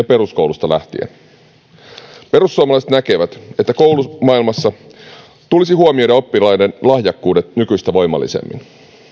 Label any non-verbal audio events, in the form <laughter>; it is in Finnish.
<unintelligible> peruskoulusta lähtien perussuomalaiset näkevät että koulumaailmassa tulisi huomioida oppilaiden lahjakkuudet nykyistä voimallisemmin